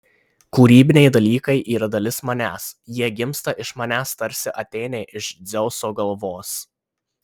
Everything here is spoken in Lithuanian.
kūrybiniai dalykai yra dalis manęs jie gimsta iš manęs tarsi atėnė iš dzeuso galvos